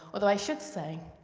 although i should say,